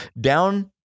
down